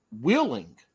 willing